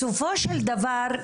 בסופו של דבר,